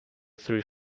through